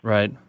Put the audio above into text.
Right